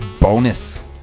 bonus